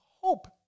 hope